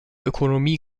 ökonomie